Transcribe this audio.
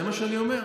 זה מה שאני אומר.